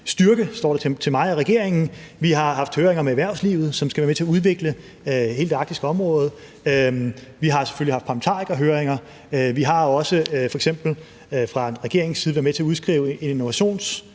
styrke, hvis det står til mig og regeringen. Vi har haft høringer med erhvervslivet, som skal være med til at udvikle hele det arktiske område, og vi har selvfølgelig haft parlamentarikerhøringer. Vi har også f.eks. fra regeringens side været med til at udskrive en innovationskonkurrence